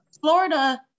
florida